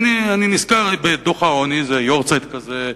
הנה אני נזכר בדוח העוני, זה יארצייט כזה.